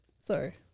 Sorry